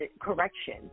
correction